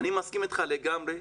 אני מסכים אתך לגמרי,